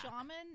shaman